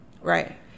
Right